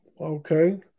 okay